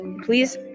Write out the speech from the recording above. Please